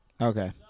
Okay